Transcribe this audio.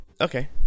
Okay